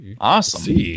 Awesome